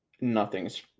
nothing's